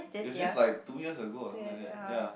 is just like two years ago or something like that ya